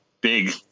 big